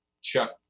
Chuck